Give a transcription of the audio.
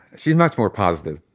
she's much more positive